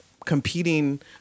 competing